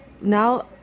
now